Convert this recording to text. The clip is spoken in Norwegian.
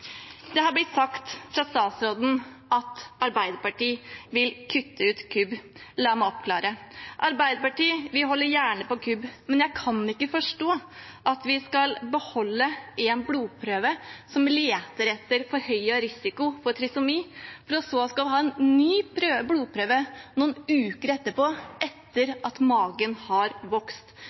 Det er blitt sagt fra statsråden at Arbeiderpartiet vil kutte ut KUB. La meg oppklare: Arbeiderpartiet holder gjerne på KUB, men jeg kan ikke forstå at vi skal beholde en blodprøve som leter etter forhøyet risiko for trisomi, for så å ha en ny blodprøve noen uker etterpå, etter at magen har vokst.